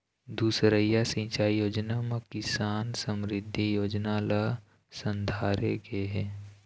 दुसरइया सिंचई योजना म किसान समरिद्धि योजना ल संघारे गे हे